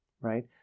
Right